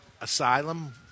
Asylum